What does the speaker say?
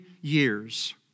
years